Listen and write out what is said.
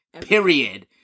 period